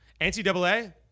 NCAA